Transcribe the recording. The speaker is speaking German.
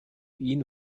ihn